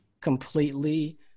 completely